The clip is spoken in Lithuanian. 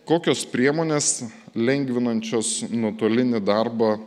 kokios priemonės lengvinančios nuotolinį darbą